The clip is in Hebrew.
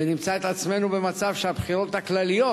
ונמצא את עצמנו במצב שהבחירות הכלליות